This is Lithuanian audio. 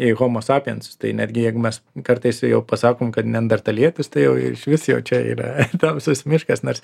į homo sapiens tai netgi jeigu mes kartais jau pasakom kad neandertalietis tai jau ir išvis jau čia yra tamsus miškas nors